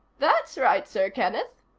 that's right, sir kenneth,